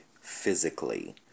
physically